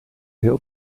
heel